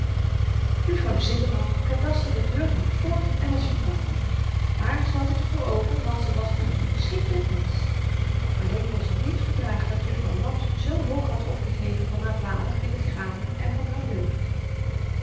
juffrouw zipperman kadasterde burgerlyk voort en was verkouwen maar ze had het er voor over want ze was n schikkelyk mensch alleen kon ze niet verdragen dat juffrouw laps zoo hoog had opgegeven van haar vader in de granen en van haar deugd